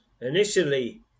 Initially